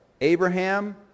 Abraham